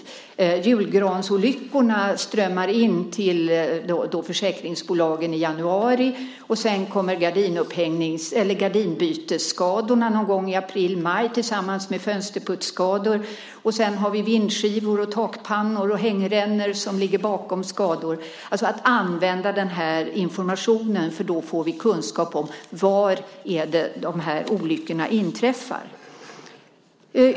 Rapporter om julgransolyckorna strömmar in till försäkringsbolagen i januari. Sedan kommer gardinbytesskador någon gång i april, maj tillsammans med fönsterputsskadorna. Sedan kommer vindskivor och takpannor och hängrännor som ligger bakom skador. Man kan använda den här informationen för att få kunskap om var de här olyckorna inträffar.